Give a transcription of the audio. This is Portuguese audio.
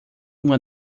uma